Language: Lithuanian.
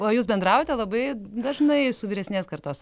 o jūs bendraujate labai dažnai su vyresnės kartos